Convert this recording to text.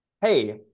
hey-